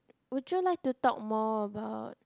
would you like to talk more about